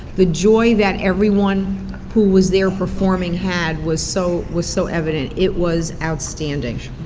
the joy that everyone who was there performing had was so was so evident, it was outstanding. i'd